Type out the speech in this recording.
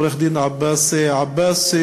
לרבות עורך-הדין עבאס עבאס,